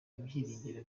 ibyiringiro